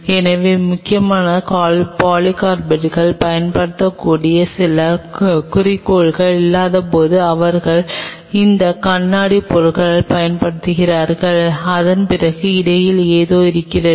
எனவே முன்னதாக பாலிகார்பனேட்டுக்குப் பயன்படுத்தக்கூடிய பல குறிக்கோள்கள் இல்லாதபோது அவர்கள் இந்த கண்ணாடிப் பொருள்களைப் பயன்படுத்துகிறார்கள் அதன்பிறகு இடையில் ஏதோ இருக்கிறது